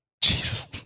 Jesus